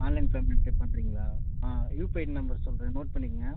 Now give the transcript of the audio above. online பேமெண்ட்டே பண்ணுறீங்களா ஆ யுபிஐ நம்பர் சொல்கிறேன் நோட் பண்ணிக்கோங்க